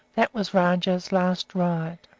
that was rajah's last ride.